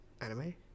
anime